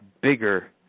bigger